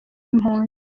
impunzi